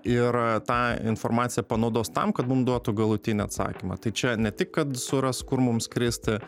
ir tą informaciją panaudos tam kad mum duotų galutinį atsakymą tai čia ne tik kad suras kur mums skristi